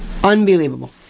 Unbelievable